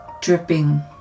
dripping